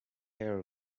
care